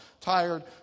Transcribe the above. tired